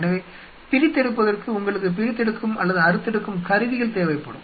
எனவே பிரித்தெடுப்பதற்கு உங்களுக்கு பிரித்தெடுக்கும் அல்லது அறுத்தெடுக்கும் கருவிகள் தேவைப்படும்